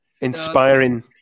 inspiring